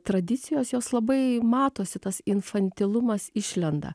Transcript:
tradicijos jos labai matosi tas infantilumas išlenda